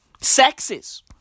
sexes